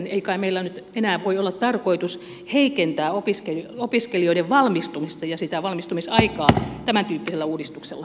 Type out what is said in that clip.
ei kai meillä nyt enää voi olla tarkoitus heikentää opiskelijoiden valmistumista ja sitä valmistumisaikaa tämäntyyppisellä uudistuksella